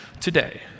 today